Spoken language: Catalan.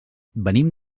venim